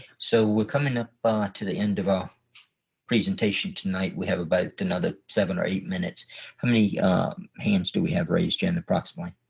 so we're coming up to the end of our presentation tonight we have about another seven or eight minutes how many hands do we have raised? and approximately